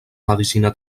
medicina